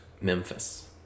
Memphis